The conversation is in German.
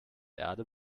erde